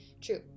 True